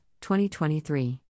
2023